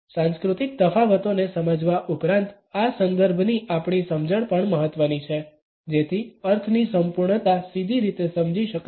સાંસ્કૃતિક તફાવતોને સમજવા ઉપરાંત આ સંદર્ભની આપણી સમજણ પણ મહત્વની છે જેથી અર્થની સંપૂર્ણતા સીધી રીતે સમજી શકાય